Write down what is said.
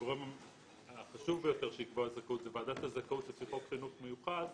הגורם החשוב ביותר לקבוע זכאות זו ועדת הזכאות לפי חוק חינוך מיוחד,